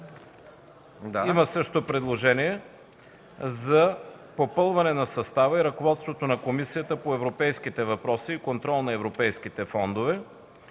Има предложение за попълване на състава и ръководството на Комисията по европейските въпроси и контрол на европейските фондове.